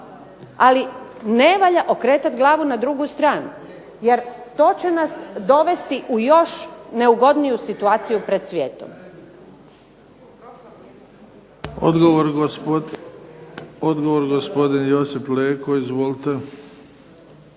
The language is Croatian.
ali ne valja okretati glavu na drugu stranu, jer to će nas dovesti u još neugodniju situaciju pred svijetom. **Bebić, Luka (HDZ)** Odgovor gospodine Josip Leko. Izvolite.